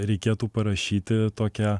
reikėtų parašyti tokią